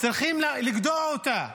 צריכים לגדוע אותה.